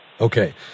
Okay